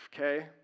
okay